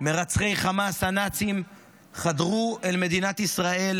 מרצחי חמאס הנאצים חדרו אל מדינת ישראל